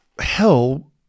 hell